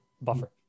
buffer